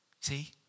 See